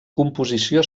composició